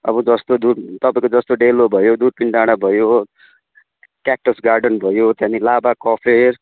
अब जस्तो दुर तपाईँको जस्तो डेलो भयो दुर्पिन डाँडा भयो क्याक्टस गार्डन भयो त्यहाँदेखि लाभा कफेर